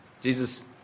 Jesus